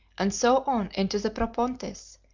and so on into the propontis,